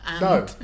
No